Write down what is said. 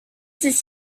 this